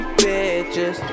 bitches